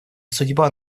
судьба